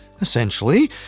Essentially